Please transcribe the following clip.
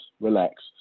relax